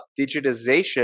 digitization